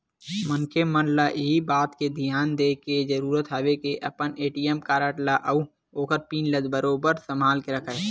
मनखे मन ल इही बात के धियान देय के जरुरत हवय के अपन ए.टी.एम कारड ल अउ ओखर पिन ल बरोबर संभाल के रखय